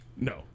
No